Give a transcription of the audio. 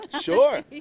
sure